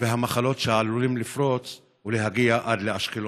והמחלות שעלולים לפרוץ ולהגיע עד לאשקלון.